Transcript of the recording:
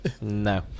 no